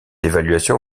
évaluation